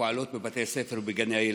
שפועלת בבתי הספר ובגני הילדים.